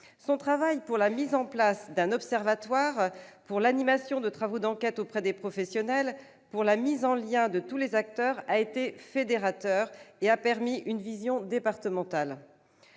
concerne la mise en place d'un observatoire, l'animation de travaux d'enquête auprès des professionnels, la mise en lien de tous les acteurs a été fédérateur et a permis une vision départementale.